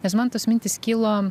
nes man tos mintys kilo